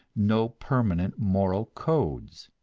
no permanent moral codes?